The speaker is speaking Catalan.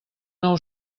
nou